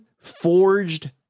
forged